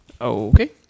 Okay